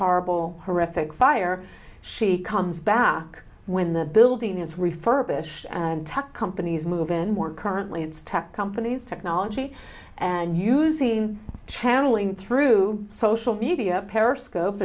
horrible horrific fire she comes back when the building is refurbish and tech companies move in more currently it's tech companies technology and using channeling through social media periscope